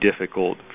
difficult